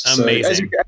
Amazing